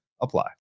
apply